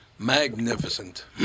Magnificent